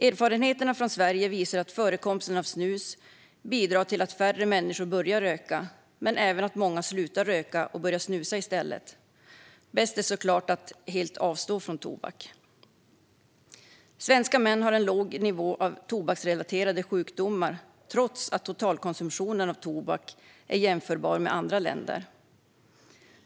Erfarenheterna från Sverige visar att förekomsten av snus bidrar till att färre människor börjar röka men även till att många slutar röka och börjar snusa i stället. Bäst är såklart att helt avstå från tobak. Svenska män har en låg nivå av tobaksrelaterade sjukdomar trots att totalkonsumtionen av tobak är jämförbar med den i andra länder.